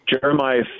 Jeremiah